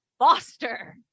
Foster